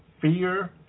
fear